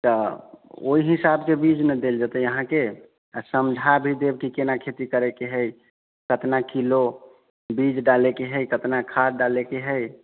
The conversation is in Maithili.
तऽ ओ हिसाबके बीज ने देल जेतै अहाँके आओर समझा भी देब कि केना खेती करैके है कितना किलो बीज डालैके है कितना खाद डालैके है